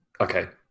okay